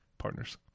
partners